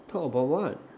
talk about what